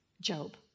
Job